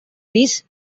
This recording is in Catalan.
pis